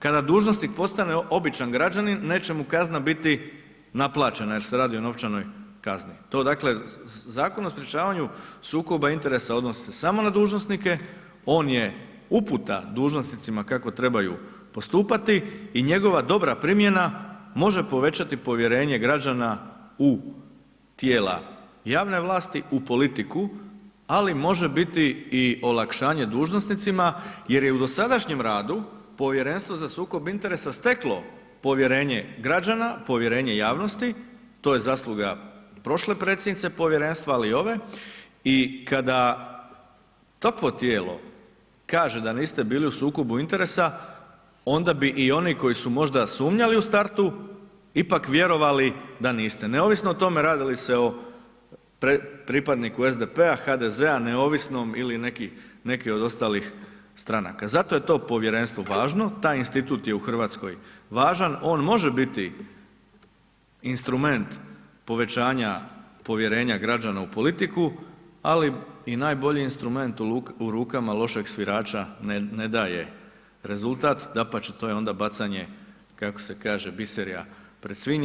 Kada dužnosnik postane običan građanin, neće mu kazna biti naplaćena jer se radi o novčanoj kazni, to dakle, Zakon o sprječavanju sukoba interesa odnosi se samo na dužnosnike, on je uputa dužnosnicima kako trebaju postupati i njegova dobra primjena može povećati povjerenje građana u tijela javne vlasti, u politiku ali može biti i olakšanje dužnosnicima jer je u dosadašnjem radu Povjerenstvo za sukob interesa steklo povjerenje građana, povjerenje javnosti, to je zasluga prošle predsjednice povjerenstva ali i ove i kada takvo tijelo kaže da niste bili u sukobu interesa, onda bi i oni koji su možda sumnjali u startu ipak vjerovali da niste, neovisno o tome radili se o pripadniku SDP-a, HDZ-a, neovisnom ili neki od ostalih stranaka, zato je to povjerenstvo važno, taj institut je u Hrvatskoj važan, on može biti instrument povećanja povjerenja građana u politiku ali i najbolji instrument u rukama lošeg svirača ne daje rezultat, dapače, to je onda bacanje kako se kaže, biserja pred svinje.